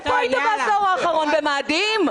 איפה היית בעשור האחרון, במאדים?